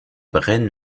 braine